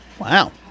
Wow